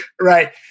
Right